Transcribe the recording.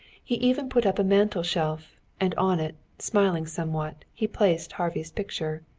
he even put up a mantelshelf, and on it, smiling somewhat, he placed harvey's picture.